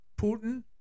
Putin